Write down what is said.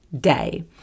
day